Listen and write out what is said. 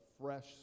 fresh